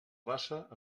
raça